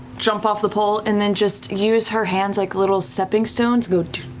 jump off the pole and then just use her hands like little stepping stones, go